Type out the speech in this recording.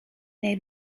neu